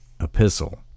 epistle